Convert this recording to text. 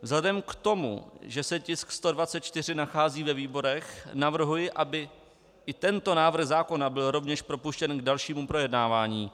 Vzhledem k tomu, že se tisk 124 nachází ve výborech, navrhuji, aby i tento návrh zákona byl propuštěn k dalšímu projednávání.